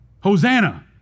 Hosanna